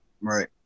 Right